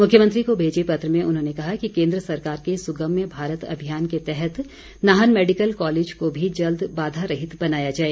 मुख्यमंत्री को भेजे पत्र में उन्होंने कहा कि केन्द्र सरकार के सुगम्य भारत अभियान के तहत नाहन मैडिकल कॉलेज को भी जल्द बाधा रहित बनाया जाए